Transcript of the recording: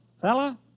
Fella